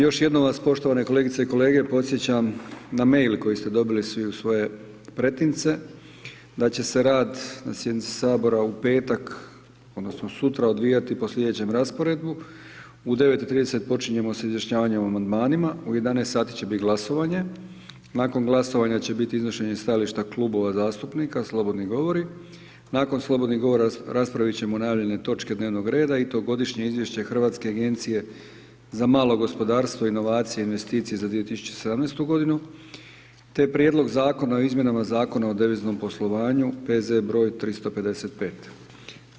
Još jednom vas poštovane kolegice i kolege podsjećam na e-mail koji ste dobili svi u svoje pretince, da će se rad na sjednici Sabora u petak odnosno sutra, odvijati po sljedećem rasporedu: u 9,30 počinjemo sa izjašnjavanjem o amandmanima, u 11,00 sati će biti glasovanje, nakon glasovanja će biti iznošenje stajališta Klubova zastupnika slobodni govori, nakon slobodnih govora raspravit ćemo najavljene točke dnevnog reda i to Godišnje izvješće Hrvatske agencije za malo gospodarstvo, inovacije i investicije za 2017. godinu, te prijedlog Zakona o izmjenama Zakona o deviznom poslovanju, P.Z. broj 355.